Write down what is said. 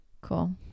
Cool